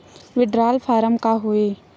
withdrawal form का होथेय